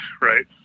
right